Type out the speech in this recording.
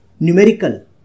Numerical